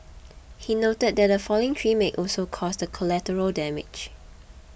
he noted that a falling tree may also caused collateral damage